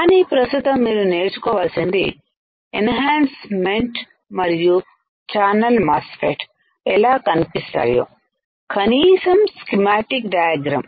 కానీ ప్రస్తుతం మీరు నేర్చుకోవలసింది ఎన్ హాన్స్ మెంట్ మరియు ఛానల్మాస్ఫెట్ ఎలా కనిపిస్తాయో కనీసం స్కిమాటిక్ డయాగ్రమ్